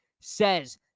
says